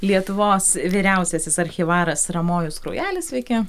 lietuvos vyriausiasis archyvaras ramojus kraujelis sveiki